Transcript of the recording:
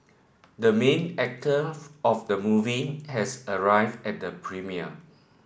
the main actor of the movie has arrived at the premiere